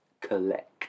collect